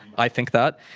i think that.